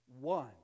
one